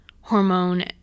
hormone